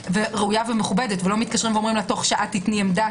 ראויה ומכובדת ולא מתקשרים אליה ואומרים: תוך שעה תני עמדה